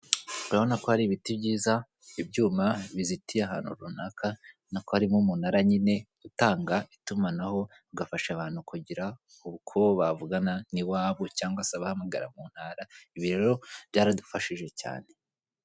Urabona ko hari ibiti byiza, ibyuma bizitiye ahantu runaka, urabona ko harimo umunara nyine utanga itumanaho ugafasha abantu kugira uko bavugana n'iwabo cyangwa se abahampagara mu Ntara. Ibi rero byaradufashije cyane.